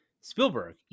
spielberg